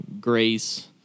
grace